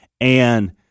and-